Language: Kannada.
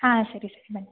ಹಾಂ ಸರಿ ಸರಿ ಬನ್ನಿ